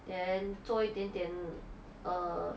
then 做一点点 err